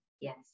yes